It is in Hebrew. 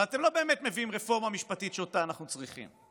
אבל אתם לא באמת מביאים רפורמה משפטית שאותה אנחנו צריכים.